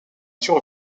nature